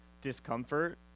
discomfort